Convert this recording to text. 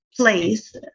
place